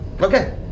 Okay